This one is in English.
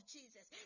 Jesus